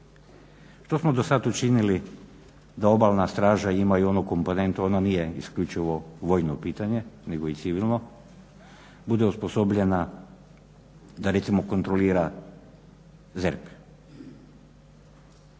što smo do sada učinili da Obalna straža ima i onu komponentu ona nije isključivo vojno pitanje nego i civilno bude osposobljena da recimo kontrolira zemlju,